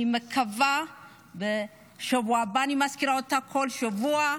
אני מקווה שבשבוע הבא, אני מזכירה אותה בכל שבוע,